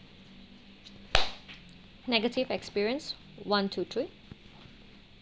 negative experience one two three